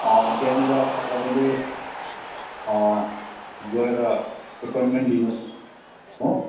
त्यहाँनिर तपाईँले गएर एपोयन्मेन्ट लिनुहोस् हो